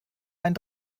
einen